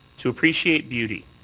to appreciate beauty,